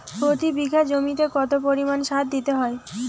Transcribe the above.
প্রতি বিঘা জমিতে কত পরিমাণ সার দিতে হয়?